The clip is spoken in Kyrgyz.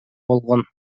болгон